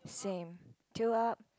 same tail up